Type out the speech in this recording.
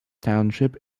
township